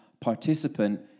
participant